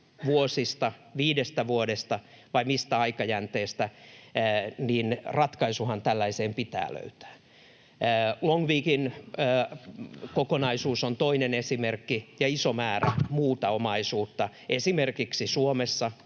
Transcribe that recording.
vuosista, viidestä vuodesta vai mistä aikajänteestä? Ratkaisuhan tällaiseen pitää löytää. Långvikin kokonaisuus on toinen esimerkki, ja on iso määrä muuta omaisuutta esimerkiksi Suomessa